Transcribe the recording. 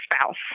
spouse